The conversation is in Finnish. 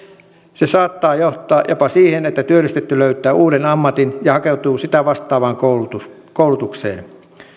se saattaa johtaa jopa siihen että työllistetty löytää uuden ammatin ja hakeutuu sitä vastaavaan koulutukseen koulutukseen